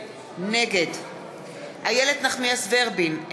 נגד איילת נחמיאס ורבין,